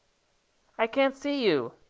i can't see you,